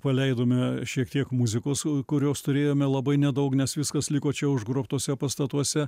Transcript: paleidome šiek tiek muzikos kurios turėjome labai nedaug nes viskas liko čia užgrobtuose pastatuose